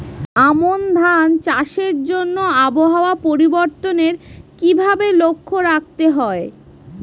আমন ধান চাষের জন্য আবহাওয়া পরিবর্তনের কিভাবে লক্ষ্য রাখতে হয়?